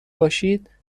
باشید